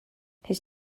his